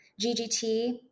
GGT